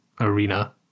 arena